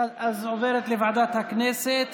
אז עוברת לוועדת הכנסת